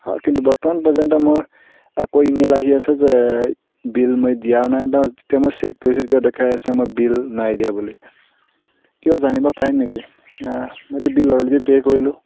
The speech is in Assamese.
কিন্তু বৰ্তমান পৰ্যন্ত মোৰ আকৌ ইমেইল আহি আছে যে বিল মই দিয়া নাই বা তেতিয়া মই চেক কৰিছে তেতিয়া দেখাই আছে মই বিল নাই দিয়া বুলি কিয় জানিব পাৰিম নেকি মইতো বিল অলৰেডি পে' কৰিলোঁ